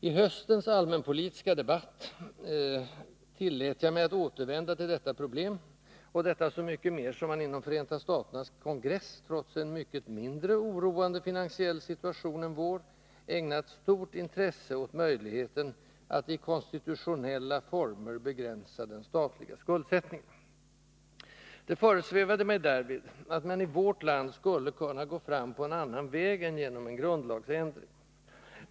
I höstens allmänpolitiska debatt tog jag åter upp detta problem, detta så mycket mer som man inom USA:s kongress — trots en mycket mindre oroande finansiell situation än vår — ägnat stort intresse åt möjligheten att i konstitutionella former begränsa den statliga skuldsättningen. Det föresvävade mig därvid att man i vårt land skulle kunna gå fram på en annan väg än genom en grundlagsändring.